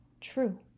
true